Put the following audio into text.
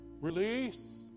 Release